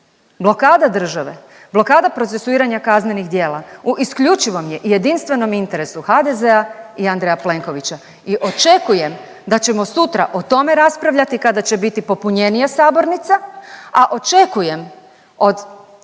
Blokada države, blokada procesuiranja kaznenih djela u isključivom je i jedinstvenom interesu HDZ-a i Andreja Plenkovića i očekujem da ćemo sutra o tome raspravljati kada će biti popunjenija sabornica. A očekujem od